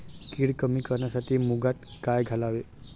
कीड कमी करण्यासाठी मुगात काय घालावे?